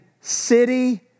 city